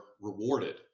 rewarded